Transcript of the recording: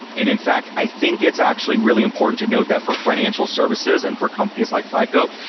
in in fact, i think it's actually really important to note that for financial services and for companies like fico,